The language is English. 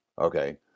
Okay